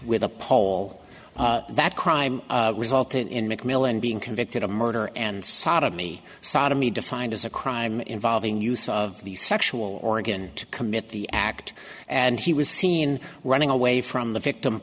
with a pole that crime resulted in mcmillan being convicted of murder and sodomy sodomy defined as a crime involving use of the sexual organ to commit the act and he was seen running away from the victim